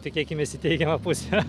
tikėkimės į teigiamą pusę